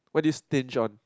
what do you stinge on